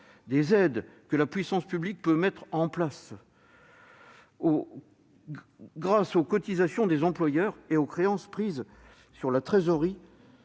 des aides que la puissance publique peut mettre en place grâce aux cotisations des employeurs et aux créances prises sur la trésorerie